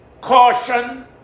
caution